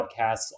podcasts